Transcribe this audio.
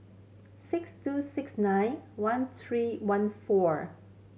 six two six nine one three one four